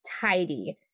Tidy